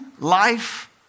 life